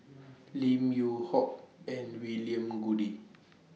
Lim Yew Hock and William Goode